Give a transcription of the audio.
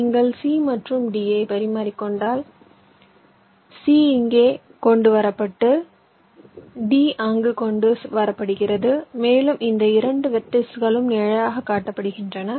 நீங்கள் c மற்றும் d ஐ பரிமாறிக்கொண்டால் c இங்கே கொண்டு வரப்பட்டு d அங்கு கொண்டு வரப்படுகிறது மேலும் இந்த 2 வெர்ட்டிஸ்களும் நிழலாகக் காட்டப்படுகின்றன